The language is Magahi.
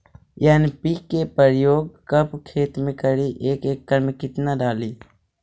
एन.पी.के प्रयोग कब खेत मे करि एक एकड़ मे कितना डाली?